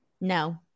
No